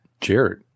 Jared